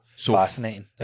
fascinating